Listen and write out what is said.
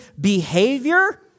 behavior